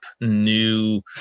new